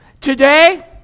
Today